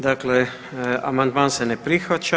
Dakle amandman se ne prihvaća.